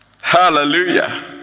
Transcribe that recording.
hallelujah